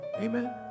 Amen